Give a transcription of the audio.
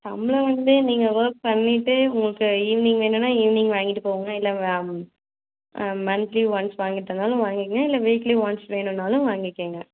சம்பளம் வந்து நீங்கள் வொர்க் பண்ணிவிட்டு உங்களுக்கு ஈவினிங் வேணும்ன்னா ஈவினிங் வாங்கிட்டு போங்க இல்லை வ மந்த்லி ஒன்ஸ் வாங்கிகிட்டனாலும் வாங்கிக்கோங்க இல்லை வீக்லி ஒன்ஸ் வேணும்னாலும் வாங்கிக்கோங்க